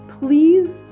please